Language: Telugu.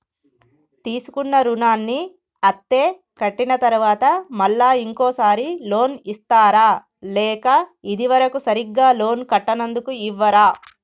తీసుకున్న రుణాన్ని అత్తే కట్టిన తరువాత మళ్ళా ఇంకో సారి లోన్ ఇస్తారా లేక ఇది వరకు సరిగ్గా లోన్ కట్టనందుకు ఇవ్వరా?